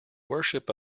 worship